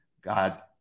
God